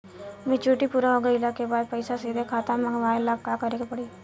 Maturity पूरा हो गइला के बाद पईसा सीधे खाता में मँगवाए ला का करे के पड़ी?